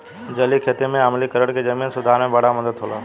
जलीय खेती में आम्लीकरण के जमीन सुधार में बड़ा मदद होला